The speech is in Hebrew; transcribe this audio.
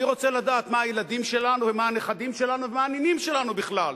אני רוצה לדעת מה הילדים שלנו ומה הנכדים שלנו ומה הנינים שלנו בכלל,